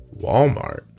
Walmart